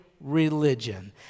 religion